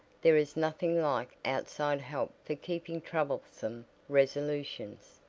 there is nothing like outside help for keeping troublesome resolutions.